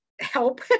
help